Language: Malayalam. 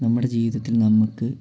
നമ്മുടെ ജീവിതത്തിൽ നമുക്ക്